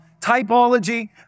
typology